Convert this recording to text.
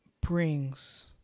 brings